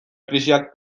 krisiak